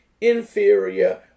inferior